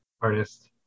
artist